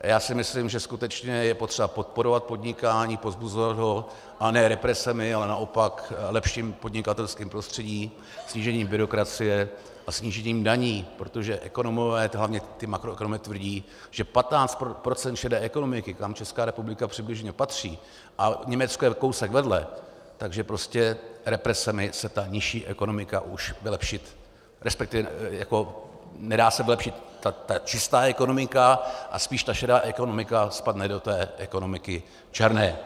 A já si myslím, že skutečně je potřeba podporovat podnikání, povzbuzovat ho, a ne represemi, ale naopak lepším podnikatelským prostředím, snížením byrokracie a snížením daní, protože ekonomové, hlavně ti makroekonomové tvrdí, že 15 procent šedé ekonomiky, kam Česká republika přibližně patří, a Německo je kousek vedle, takže represemi se ta nižší ekonomika už vylepšit nedá, resp. nedá se vylepšit čistá ekonomika a spíš ta šedá ekonomika spadne do té ekonomiky černé.